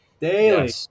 daily